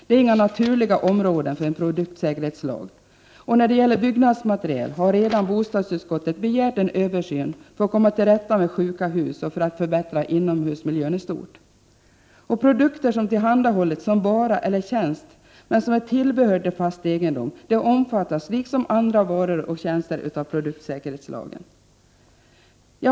Det är inga naturliga områden för en produktsäkerhetslag. När det gäller byggnadsmaterial har bostadsutskottet redan begärt en översyn för att komma till rätta med sjuka hus och för att förbättra inomhusmiljön i stort. Produkter som tillhandahållits som vara eller tjänst men som är tillbehör till fast egendom omfattas liksom andra varor och tjänster av produktsäkerhetslagen.